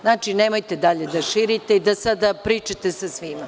Znači, nemojte dalje da širite i da sada pričate sa svima.